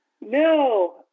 No